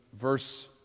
verse